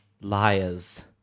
Liars